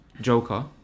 Joker